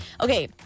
Okay